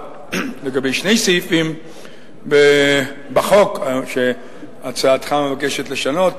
לגבי שני סעיפים בחוק שהצעתך מבקשת לשנות,